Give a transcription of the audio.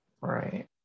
Right